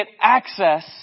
access